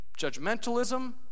judgmentalism